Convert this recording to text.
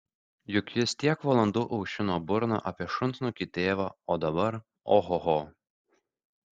juk jis tiek valandų aušino burną apie šunsnukį tėvą o dabar ohoho